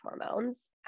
hormones